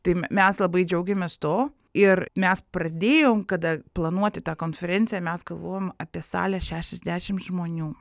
tai mes labai džiaugiamės to ir mes pradėjom kada planuoti tą konferenciją mes galvojom apie salę šešiasdešim žmonių